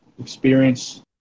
experience